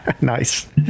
Nice